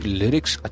lyrics